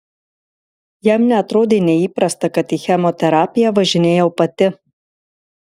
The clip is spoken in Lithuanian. jam neatrodė neįprasta kad į chemoterapiją važinėjau pati